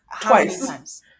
twice